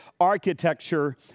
architecture